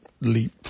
leap